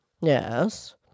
Yes